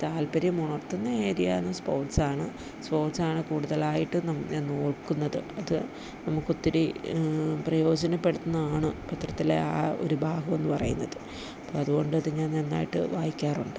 അപ്പം താല്പര്യം ഉണർത്തുന്ന ഏരിയാന്ന് സ്പോർട്സാണ് സ്പോർട്സാണ് കൂടുതലായിട്ടും നം ഞാൻ നോക്കുന്നത് അത് നമുക്ക് ഒത്തിരി പ്രയോജനപ്പെടുത്തുന്നാണ് പത്രത്തിലെ ആ ഒരു ഭാഗം എന്ന് പറയുന്നത് അപ്പം അതുകൊണ്ടത് ഞാൻ നന്നായിട്ട് വായിക്കാറുണ്ട്